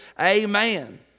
Amen